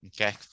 Okay